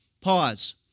Pause